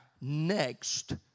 next